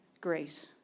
grace